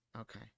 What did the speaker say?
Okay